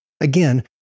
Again